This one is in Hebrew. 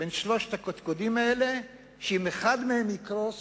בין שלושת הקודקודים האלה, ואם אחד מהם יקרוס